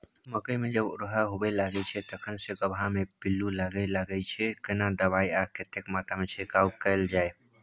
मकई मे जब ओरहा होबय लागय छै तखन से गबहा मे पिल्लू लागय लागय छै, केना दबाय आ कतेक मात्रा मे छिरकाव कैल जाय?